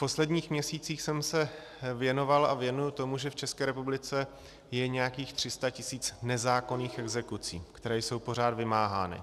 V posledních měsících jsem se věnoval a věnuji tomu, že v České republice je nějakých 300 tisíc nezákonných exekucí, které jsou pořád vymáhány.